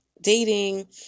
dating